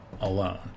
alone